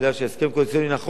זה בכל ממשלות ישראל.